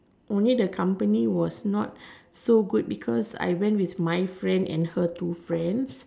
only the company was not so good because I went my friend and her two friends